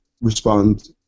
respond